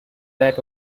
that